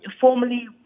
formally